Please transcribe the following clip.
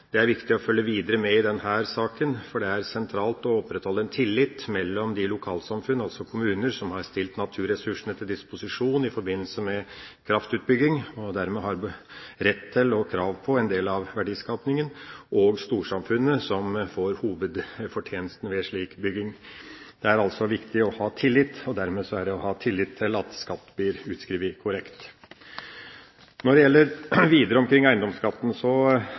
Det er viktig å følge med videre i denne saken, for det er sentralt å opprettholde tilliten mellom kommunene, som har stilt naturressursene til disposisjon i forbindelse med kraftutbygging, og dermed har rett til og krav på en del av verdiskapinga, og storsamfunnet, som får hovedfortjenesten ved slik utbygging. Det er viktig å ha tillit og herunder ha tillit til at skatt blir korrekt utskrevet. Når det gjelder videre omkring eiendomsskatten,